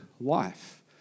life